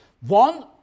One